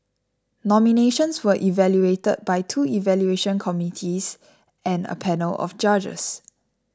nominations were evaluated by two evaluation committees and a panel of judges